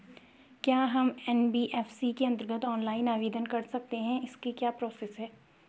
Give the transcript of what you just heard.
क्या हम एन.बी.एफ.सी के अन्तर्गत ऑनलाइन आवेदन कर सकते हैं इसकी क्या प्रोसेस है?